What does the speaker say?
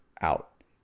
out